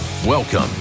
Welcome